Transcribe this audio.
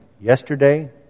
yesterday